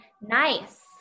nice